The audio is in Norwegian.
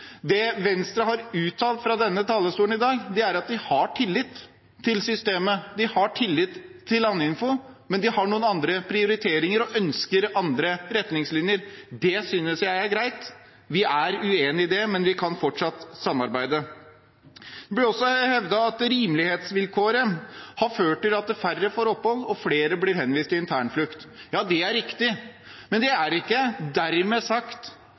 Det Venstre har uttalt fra denne talerstolen i dag, er at de har tillit til systemet, de har tillit til Landinfo, men de har noen andre prioriteringer og ønsker andre retningslinjer. Det synes jeg er greit. Vi er uenige i det, men vi kan fortsatt samarbeide. Det blir også hevdet at rimelighetsvilkåret har ført til at færre får opphold og flere blir henvist til internflukt. Ja, det er riktig, men det er ikke dermed sagt